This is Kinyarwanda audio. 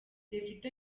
davido